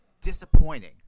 disappointing